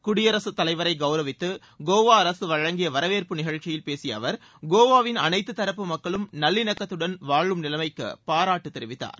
குடியரசுத்தலைவரை கவுரவித்து கோவா அரசு வழங்கிய வரவேற்பு நிகழ்ச்சியில் பேசிய அவர் கோவாவின் அனைத்து தரப்பு மக்களும் நல்லிணக்கத்துடன் வாழும் நிலைமைக்கு பாராட்டு தெரிவித்தார்